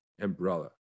umbrella